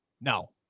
No